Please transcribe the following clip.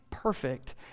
perfect